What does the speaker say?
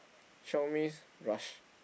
chiong means rush